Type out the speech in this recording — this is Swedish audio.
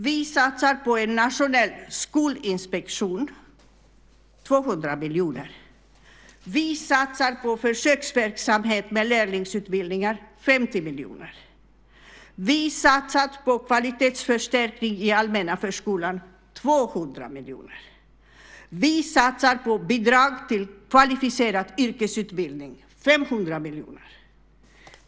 Vi satsar på en nationell skolinspektion - 200 miljoner. Vi satsar på försöksverksamhet med lärlingsutbildningar - 50 miljoner. Vi satsar på kvalitetsförstärkning i allmänna förskolan - 200 miljoner. Vi satsar på bidrag till kvalificerad yrkesutbildning - 500 miljoner.